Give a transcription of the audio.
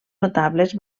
notables